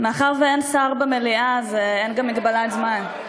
מאחר שאין שר במליאה, אז אין גם מגבלת זמן.